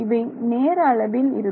இவை நேர அளவில் இருக்கும்